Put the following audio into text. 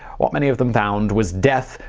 what many of them found was death,